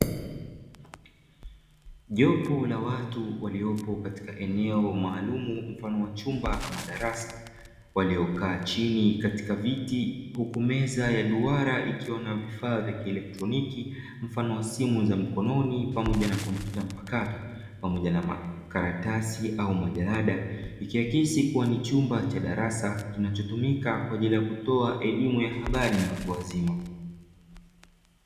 Jopu la watu waliyopo katika eneo maalumu mfano wa chumba madarasa. Walioka chini katika viti, huku meza ya duara ikiwa na vifaa vya elektroniki mfano wa simu za mkononi pamoja na kompyuta mpakato pamoja na makaratasi au majarada, ikiyakisi kuwa ni chumba cha darasa kinachotumika kutowa elimu ya habari na watuwazima.